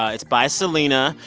ah it's by selena.